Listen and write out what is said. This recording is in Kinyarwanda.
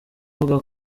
avuga